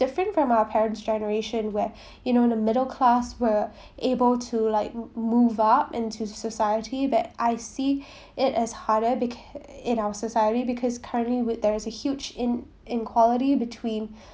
different from our parents generation where you know the middle class were able to like move up into society that I see it is harder beca~ in our society because currently with there is a huge in~ inequality between